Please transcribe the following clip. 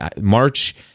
March